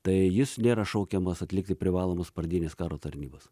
tai jis nėra šaukiamas atlikti privalomos pradinės karo tarnybos